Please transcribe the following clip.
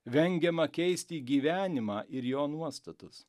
vengiama keisti gyvenimą ir jo nuostatus